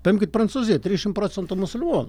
paimkit prancūziją trisdešimt procentų musulmonų